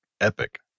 epic